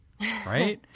right